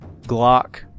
Glock